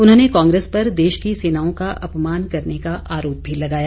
उन्होंने कांग्रेस पर देश की सेनाओं का अपमान करने का आरोप भी लगाया